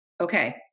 okay